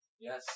Yes